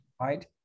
right